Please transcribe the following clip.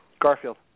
Garfield